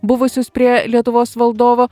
buvusius prie lietuvos valdovo